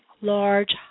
large